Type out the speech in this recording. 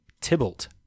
Tybalt